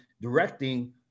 directing